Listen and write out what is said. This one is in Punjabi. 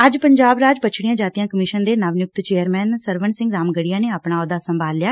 ਅੱਜ ਪੰਜਾਬ ਰਾਜ ਪੱਛਡੀਆਂ ਜਾਤੀਆਂ ਕਮਿਸ਼ਨ ਦੇ ਨਵ ਨਿਯੁਕਤ ਚੇਅਰਮੈਨ ਸਰਵਣ ਸਿੰਘ ਰਾਮਗੜੀਆ ਨੇ ਆਪਣਾ ਅਹੁੱਦਾ ਸੰਭਾਲ ਲਿਆ